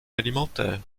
alimentaire